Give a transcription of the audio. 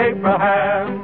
Abraham